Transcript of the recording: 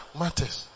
matters